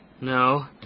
No